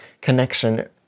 connection